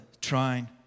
trying